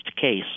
case